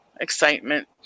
Excitement